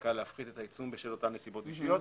הצדקה להפחית את העיצום בשל אותן נסיבות אישיות.